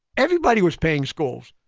everybody was paying schools.